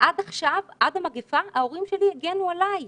עד המגפה ההורים שלי הגנו עליי.